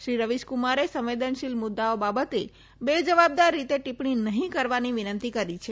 શ્રી રવિશકુમારે સંવેદનશીલ મુદ્દાઓ બાબતે બે જવાબદાર રીતે ટીપ્પણી નહિ કરવાની વિનંતી કરી છે